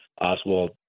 Oswald